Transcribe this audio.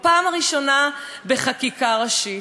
בפעם הראשונה בחקיקה ראשית.